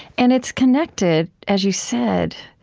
and it's connected, as you said